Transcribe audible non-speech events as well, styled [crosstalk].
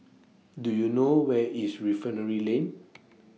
Do YOU know Where IS Refinery [noise] Lane